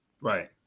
Right